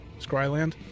scryland